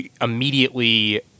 immediately